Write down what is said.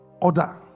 Order